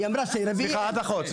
עד אחות,